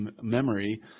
memory